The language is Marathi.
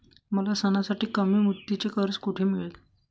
मला सणासाठी कमी मुदतीचे कर्ज कोठे मिळेल?